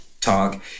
talk